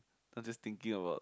I just thinking about